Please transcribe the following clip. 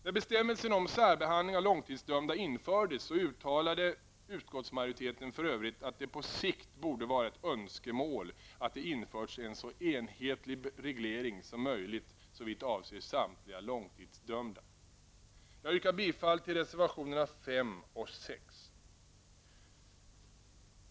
När bestämmelsen om särbehandling av långtidsdömda infördes uttalade utskottsmajoriteten för övrigt att det på sikt borde vara ett önskemål att det införs en så enhetlig reglering som möjligt såvitt avser samtliga långtidsdömda. Jag yrkar bifall till reservationerna 5 och 6.